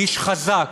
איש חזק,